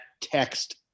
text